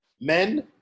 Men